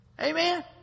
Amen